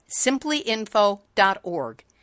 simplyinfo.org